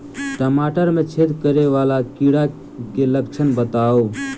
टमाटर मे छेद करै वला कीड़ा केँ लक्षण बताउ?